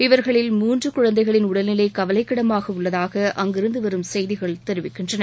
இவர்களில் மூன்று குழந்தைகளின் உடல்நிலை கவலைக்கிடமாக உள்ளதாக அங்கிருந்துவரும் செய்திகள் தெரிவிக்கின்றன